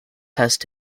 past